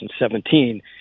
2017